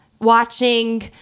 watching